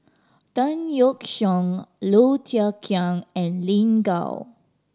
Tan Yeok Seong Low Thia Khiang and Lin Gao